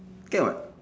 can [what]